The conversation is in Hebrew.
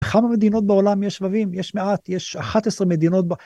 בכמה מדינות בעולם יש שבבים? יש מעט, יש 11 מדינות.